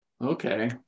Okay